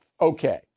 okay